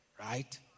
right